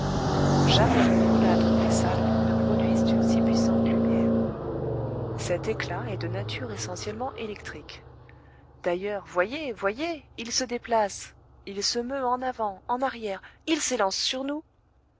jamais les pholades ou les salpes ne produisent une si puissante lumière cet éclat est de nature essentiellement électrique d'ailleurs voyez voyez il se déplace il se meut en avant en arrière il s'élance sur nous